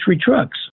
trucks